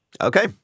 Okay